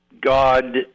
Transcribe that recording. God